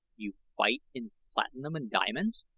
you fight in platinum and diamonds?